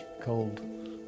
cold